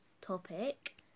topic